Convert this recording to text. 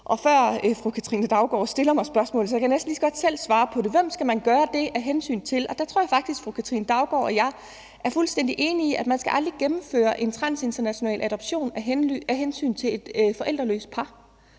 Før fru Katrine Daugaard også stiller mig spørgsmålet om, af hensyn til hvem man skal gøre det, kan jeg næsten lige så godt selv svare på det. Der tror jeg faktisk, fru Katrine Daugaard og jeg er fuldstændig enige om, at man aldrig skal gennemføre en transnational adoption af hensyn til et forældreløst par.